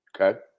Okay